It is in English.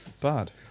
bad